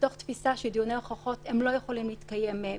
מתוך תפיסה שדיוני ההוכחות לא יכולים להתקיים ב-VC.